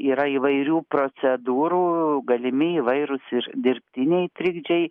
yra įvairių procedūrų galimi įvairūs ir dirbtiniai trikdžiai